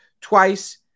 twice